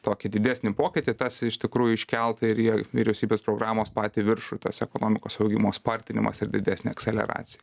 tokį didesnį pokytį tas iš tikrųjų iškelta ir į vyriausybės programos patį viršų tas ekonomikos augimo spartinimas ir didesnė akseleracija